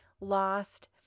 lost